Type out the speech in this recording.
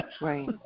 Right